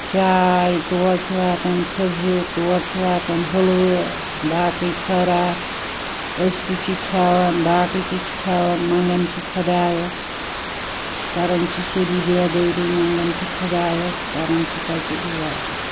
چاے تور چھِ واتان خٔزٕر تور چھُ واتان حٔلوٕ باقٕے خٲرات أسۍ تہِ چھِ کھیٚوان باقٕے تہِ چھِ کھیٚوان مَنٛگان چھِ خۄدایَس چھِ کران چھِ شبِ بیدٲری مَنٛگان چھِ خۄدایَس کران چھِ تَتہِ عبادت